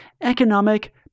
economic